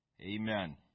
Amen